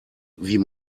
wie